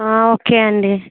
okay అండి